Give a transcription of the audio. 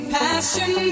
passion